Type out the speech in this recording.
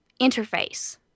interface